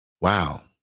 wow